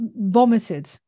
vomited